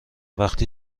وقتی